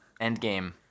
Endgame